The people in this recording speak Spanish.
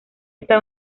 está